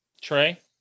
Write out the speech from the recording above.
Trey